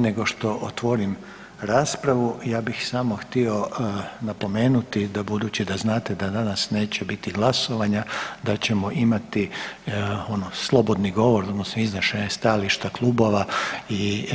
Prije nego što otvornim raspravu ja bih samo htio napomenuti da budući da znate da danas neće biti glasovanja da ćemo imati slobodni govor odnosno iznošenje stajališta klubova i